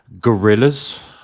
gorillas